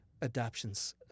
adaptions